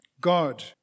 God